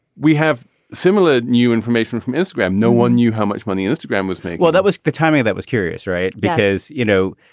we have similar new information from instagram. no one knew how much money instagram was making well, that was the timing. that was curious, right? because, you know,